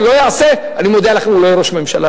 לא יעשה, אני מודיע לכם: הוא לא יהיה ראש ממשלה.